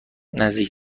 نزدیک